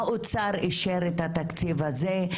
האוצר אישר את התקציב הזה.